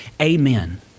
Amen